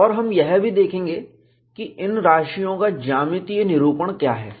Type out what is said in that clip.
और हम यह भी देखेंगे कि इन राशियों का ज्यामितीय निरूपण क्या है